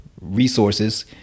Resources